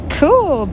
cool